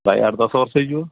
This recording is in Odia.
ଭାଇ ଆଠ ଦଶ ବର୍ଷ ହେଇଯିବ